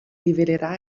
rivelerà